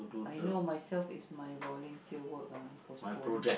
I know myself is my volunteer work ah postponing